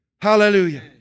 Hallelujah